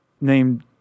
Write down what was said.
named